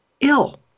ill